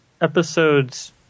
episodes